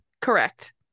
correct